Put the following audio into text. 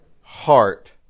heart